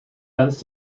ganz